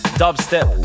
dubstep